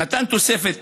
נתן תוספת